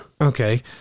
Okay